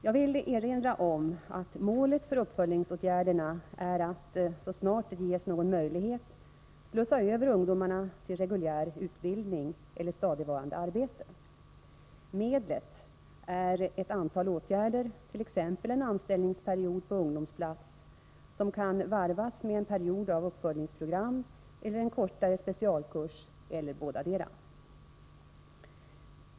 Jag vill erinra om att målet för uppföljningsåtgärderna är att, så snart det ges någon möjlighet, slussa över ungdomarna till reguljär utbildning eller stadigvarande arbete. Medlet är ett antal åtgärder, t.ex. en anställningsperiod på ungdomsplats som kan varvas med en period av uppföljningsprogram eller en kortare specialkurs eller båda.